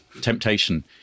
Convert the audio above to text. temptation